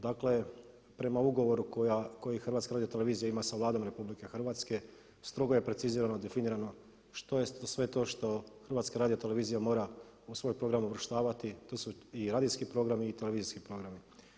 Dakle prema ugovoru koji HRT ima sa Vladom RH strogo je precizirano, definirano što je sve to što HRT mora u svoj program uvrštavati, tu su i radijski programi i televizijski programi.